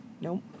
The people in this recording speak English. Nope